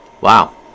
Wow